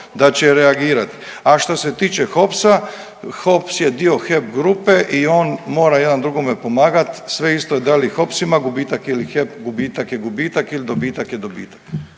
da će reagirati. A što se tiče HOPS-a, HOPS je dio HEP grupe i on mora jedan drugome pomagat, sve isto je da li HOPS ima gubitak ili HEP, gubitak je gubitak ili dobitak je dobitak.